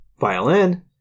violin